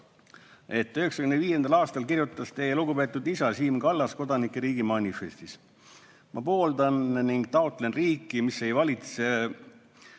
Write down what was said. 1995. aastal kirjutas teie lugupeetud isa Siim Kallas kodanike riigi manifestis: "Ma pooldan ning taotlen riiki, mis ei valitse